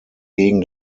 gegen